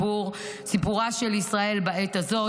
סיפורה של ישראל בעת הזאת,